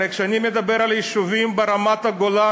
הרי כשאני מדבר על יישובים ברמת-הגולן,